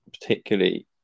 particularly